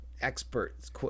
experts